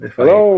Hello